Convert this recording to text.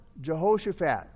Jehoshaphat